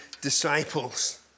disciples